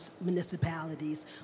municipalities